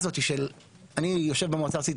אני יושב במועצה הארצית,